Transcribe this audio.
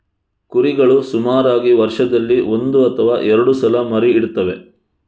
ಕುರಿಗಳು ಸುಮಾರಾಗಿ ವರ್ಷದಲ್ಲಿ ಒಂದು ಅಥವಾ ಎರಡು ಸಲ ಮರಿ ಇಡ್ತವೆ